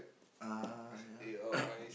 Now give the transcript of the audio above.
uh ya